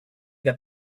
that